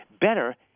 better